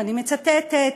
ואני מצטטת: